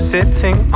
Sitting